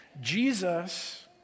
Jesus